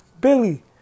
Billy